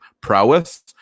prowess